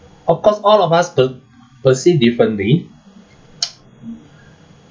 of course all of us per~ perceive differently